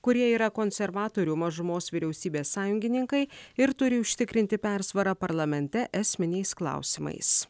kurie yra konservatorių mažumos vyriausybės sąjungininkai ir turi užtikrinti persvarą parlamente esminiais klausimais